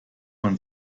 man